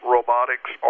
Robotics